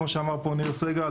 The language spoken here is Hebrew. כמו שאמר פה ניר סגל,